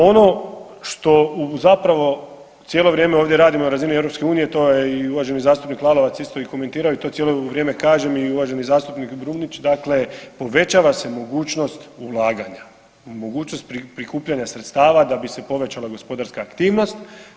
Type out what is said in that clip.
Ono što zapravo cijelo vrijeme ovdje radimo na razini EU, to je i uvaženi zastupnik Lalovac komentirao i to cijelo vrijeme kažem i uvaženi zastupnik Brumnić dakle povećava se mogućnost ulaganja, mogućnost prikupljanja sredstava da bi se povećala gospodarska aktivnost.